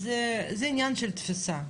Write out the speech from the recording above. אז זה עניין של תפיסה,